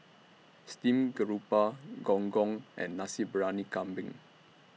Steamed Garoupa Gong Gong and Nasi Briyani Kambing